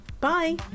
Bye